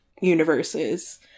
universes